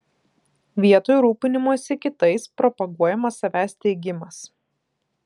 vietoj rūpinimosi kitais propaguojamas savęs teigimas